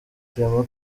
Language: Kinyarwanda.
clément